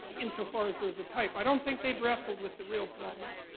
insofar as there's a type, i don't think they've wrestled with the real problems.